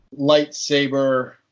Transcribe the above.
lightsaber